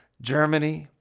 germany,